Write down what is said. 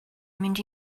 mynd